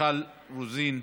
מיכל רוזין,